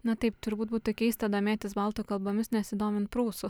na taip turbūt būtų keista domėtis baltų kalbomis nesidomint prūsų